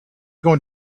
going